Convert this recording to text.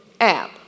app